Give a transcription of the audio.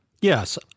Yes